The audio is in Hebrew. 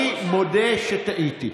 אני מודה שטעיתי.